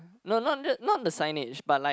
no no no no the signet but like